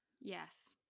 Yes